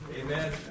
Amen